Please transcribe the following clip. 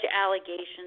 allegations